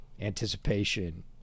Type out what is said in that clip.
anticipation